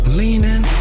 leaning